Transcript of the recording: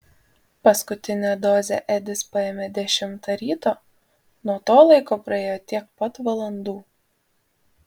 paskutinę dozę edis paėmė dešimtą ryto nuo to laiko praėjo tiek pat valandų